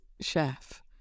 chef